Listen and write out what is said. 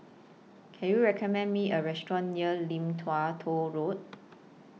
Can YOU recommend Me A Restaurant near Lim Tua Tow Road